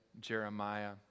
Jeremiah